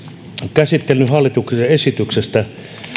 käsittelyn hallituksen esityksestä